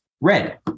red